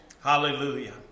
Hallelujah